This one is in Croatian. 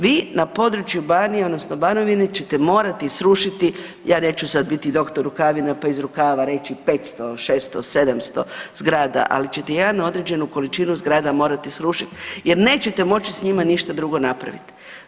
Vi na području Banije odnosno Banovine ćete morati srušiti, ja neću sad biti dr. Rukavina pa iz rukava reći 500, 600, 700 zgrada, ali ćete jedan određenu količinu zgrada morati srušiti jer nećete moći s njima ništa drugo napraviti.